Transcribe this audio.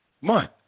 month